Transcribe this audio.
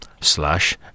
slash